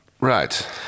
Right